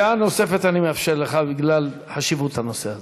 דעה נוספת, אני מאפשר לך בגלל חשיבות הנושא הזה.